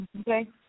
Okay